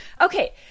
Okay